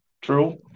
True